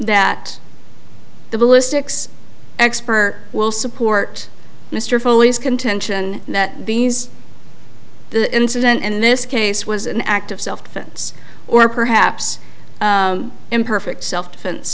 that the ballistics expert will support mr foley's contention that these the incident in this case was an act of self defense or perhaps imperfect self defen